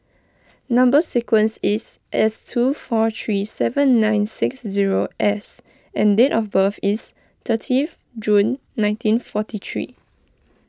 Number Sequence is S two four three seven nine six zero S and date of birth is thirtieth June nineteen forty three